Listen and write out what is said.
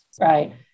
Right